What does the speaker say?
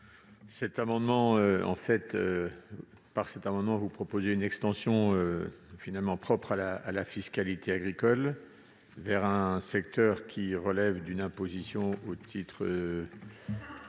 Par cet amendement, vous proposez d'étendre une disposition propre à la fiscalité agricole à un secteur qui relève d'une imposition au titre